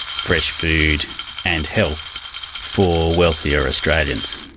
fresh food and health for wealthier australians.